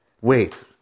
Wait